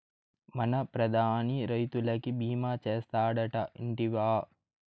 మన ప్రధాని రైతులకి భీమా చేస్తాడటా, ఇంటివా